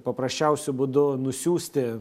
paprasčiausiu būdu nusiųsti